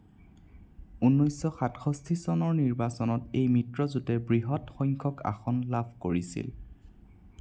ঊনৈছশ সাতষষ্টি চনৰ নিৰ্বাচনত এই মিত্ৰজোঁটে বৃহৎ সংখ্যক আসন লাভ কৰিছিল